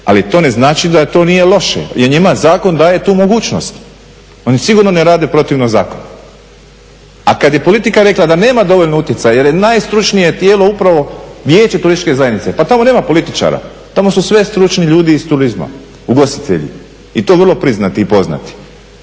ali to ne znači da to nije loše. Jer njima zakon daje tu mogućnost. Oni sigurno ne rade protivno zakonu. A kad je politika rekla da nema dovoljno utjecaja, jer je najstručnije tijelo upravo Vijeće turističke zajednice. Pa tamo nema političara, tamo su sve stručni ljudi iz turizma, ugostitelji i to vrlo priznati i poznati.